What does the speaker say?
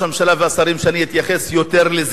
הממשלה והשרים שאני אתייחס לזה יותר,